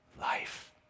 life